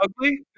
ugly